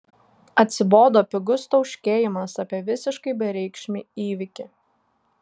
atsibodo pigus tauškėjimas apie visiškai bereikšmį įvykį